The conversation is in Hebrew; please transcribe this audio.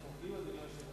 ותעבור לוועדת העבודה,